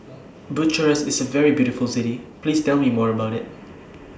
Bucharest IS A very beautiful City Please Tell Me More about IT